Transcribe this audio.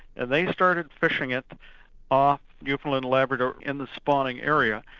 and they started fishing it off newfoundland, labrador, in the spawning area.